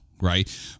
right